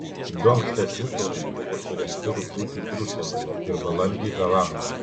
du ankstesni turai buvo surengti rugpjūtį briuselyje ir balandį havanoje